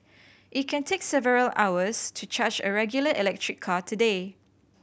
it can take several hours to charge a regular electric car today